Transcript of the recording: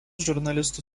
žurnalistų